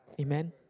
Amen